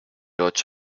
deutsch